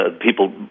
people